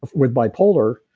with bipolar,